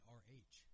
rh